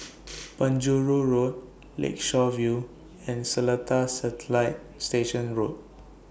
Penjuru Road Lakeshore View and Seletar Satellite Station Road